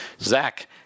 Zach